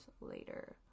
later